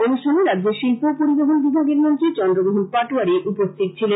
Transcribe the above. অনুষ্ঠানে রাজ্যের শিল্প ও পরিবহন বিভাগের মন্ত্রী চন্দ্রমোহন পাটোয়ারী উপস্থিত ছিলেন